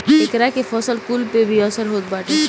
एकरा से फसल कुल पे भी असर होत बाटे